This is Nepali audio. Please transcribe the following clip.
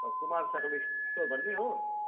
कुमार साइकल स्टोर भन्ने हो